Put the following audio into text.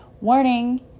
warning